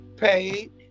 Paid